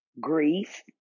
grief